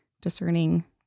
discerning